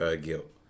guilt